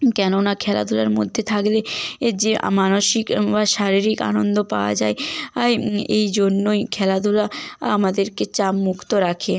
কেননা খেলাধুলার মধ্যে থাকলে এ যে মানসিক বা শারীরিক আনন্দ পাওয়া যায় এই এই জন্যই খেলাধুলা আমাদেরকে চাপ মুক্ত রাখে